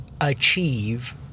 achieve